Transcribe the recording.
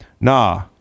Nah